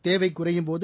தேவைகுறையும்போது